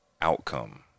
outcome